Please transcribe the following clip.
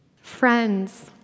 Friends